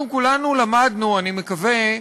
אנחנו כולנו למדנו, אני מקווה,